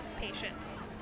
patients